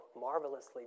marvelously